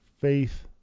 faith